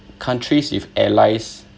countries with allies